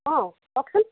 অ কওকচোন